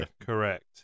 Correct